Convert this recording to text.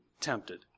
tempted